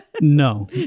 No